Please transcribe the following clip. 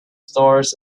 stars